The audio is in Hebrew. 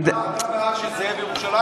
אתה בעד שזה יהיה בירושלים?